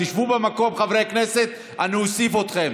תשבו במקום, חברי הכנסת, אני אוסיף אתכם.